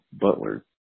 Butler